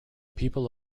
people